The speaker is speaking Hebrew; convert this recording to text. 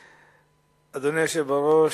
אדוני היושב בראש,